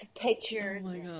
pictures